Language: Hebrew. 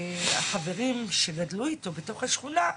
החברים שגדלו איתו, בתוך השכונה,